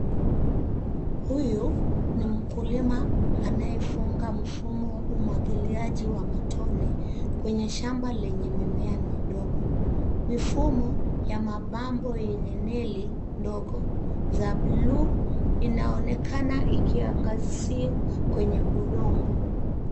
Huyu ni mkulima anayefunga mfumo wa umwagiliaji wa matone kwenye shamba lenye mimea midogo. Mifumo ya mabomba yenye neli ndogo za bluu inaonekana ikiangazia kwenye udongo.